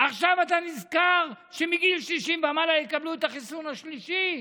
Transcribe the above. עכשיו אתה נזכר שמגיל 60 ומעלה יקבלו את החיסון השלישי?